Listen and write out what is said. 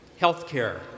healthcare